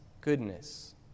goodness